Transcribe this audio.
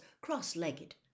cross-legged